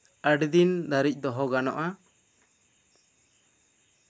ᱟᱹᱰᱤ ᱫᱤᱱ ᱫᱷᱟᱨᱤᱡ ᱫᱚᱦᱚ ᱜᱟᱱᱚᱜᱼᱟ